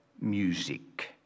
music